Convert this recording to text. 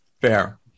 Fair